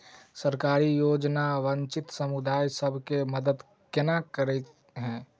सरकारी योजना वंचित समुदाय सब केँ मदद केना करे है?